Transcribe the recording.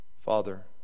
Father